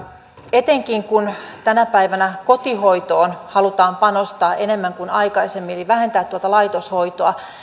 etenkin kun tänä päivänä kotihoitoon halutaan panostaa enemmän kuin aikaisemmin vähentää tuota laitoshoitoa